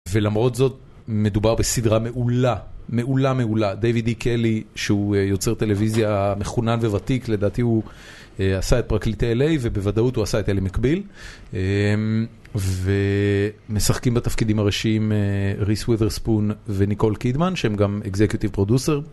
ולמרות זאת, מדובר בסדרה מעולה, מעולה, מעולה. דיוויד אי קלי, שהוא יוצר טלוויזיה מחונן ווותיק, לדעתי הוא עשה את פרקליטי אל אי, ובוודאות הוא עשה את אלי מקביל. ומשחקים בתפקידים הראשיים ריס ווית'רספון וניקול קידמן, שהן גם אקזקיוטיב פרודוסר.